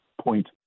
point